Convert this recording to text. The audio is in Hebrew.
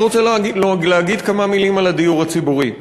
אני רוצה להגיד כמה מילים על הדיור הציבורי.